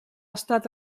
estat